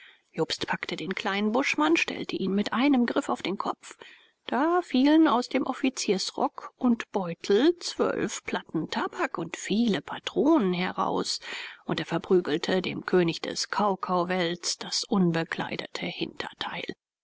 jobst packte den kleinen buschmann stellte ihn mit einem griff auf den kopf da fielen aus dem offiziersrock und beutel zwölf platten tabak und viele patronen heraus und er verprügelte dem könig des kaukauvelds das unbekleidete hinterteil